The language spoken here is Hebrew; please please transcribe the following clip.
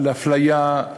על אפליה,